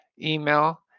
email